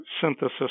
synthesis